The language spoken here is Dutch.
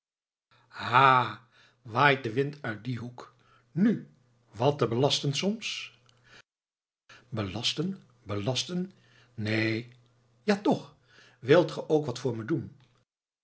ha waait de wind uit dien hoek nu wat te belasten soms belasten belasten neen ja toch wilt ge ook wat voor me doen